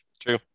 true